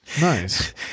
Nice